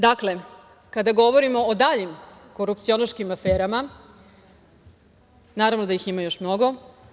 Dakle, kada govorimo o daljim korupcionaškim aferama, naravno da ih ima još mnogo.